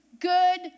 good